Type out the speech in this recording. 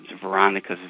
Veronica's